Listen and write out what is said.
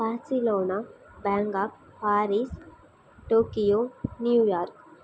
Barcelona Bangkok Paris Tokyo New York